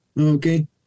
okay